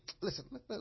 listen